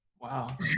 Wow